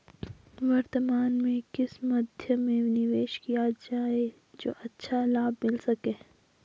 वर्तमान में किस मध्य में निवेश किया जाए जो अच्छा लाभ मिल सके?